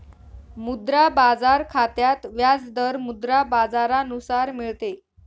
मुद्रा बाजार खात्यात व्याज दर मुद्रा बाजारानुसार मिळते